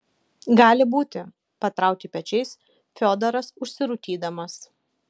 gali būti patraukė pečiais fiodoras užsirūkydamas